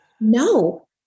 No